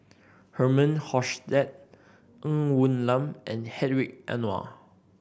Herman Hochstadt Ng Woon Lam and Hedwig Anuar